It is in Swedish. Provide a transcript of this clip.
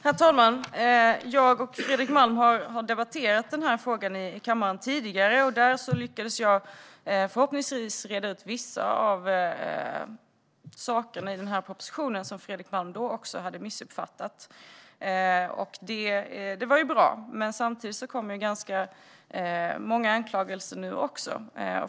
Herr talman! Jag och Fredrik Malm har debatterat den här frågan i kammaren tidigare. Då lyckades jag förhoppningsvis reda ut vissa av de saker i den här propositionen som Fredrik Malm hade missuppfattat, och det var bra. Men det kommer ganska många anklagelser nu också.